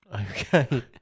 Okay